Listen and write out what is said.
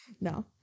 No